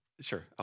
sure